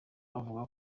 akavuga